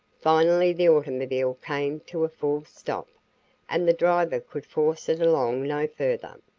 finally the automobile came to a full stop and the driver could force it along no further.